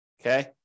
Okay